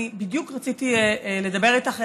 אני בדיוק רציתי לדבר איתך,